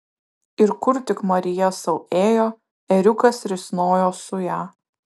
ir kur tik marija sau ėjo ėriukas risnojo su ja